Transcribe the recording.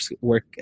work